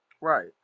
Right